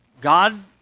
God